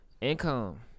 income